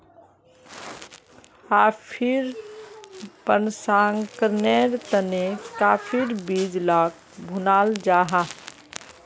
कॉफ़ीर प्रशंकरनेर तने काफिर बीज लाक भुनाल जाहा